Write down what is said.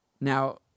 Now